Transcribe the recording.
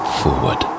forward